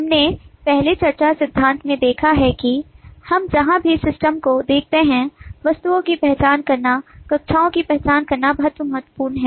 हमने पहले चर्चा सिद्धांत में देखा है कि हम जहां भी सिस्टम को देखते हैं वस्तुओं की पहचान करना कक्षाओं की पहचान करना बहुत महत्वपूर्ण है